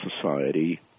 society